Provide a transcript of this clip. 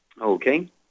Okay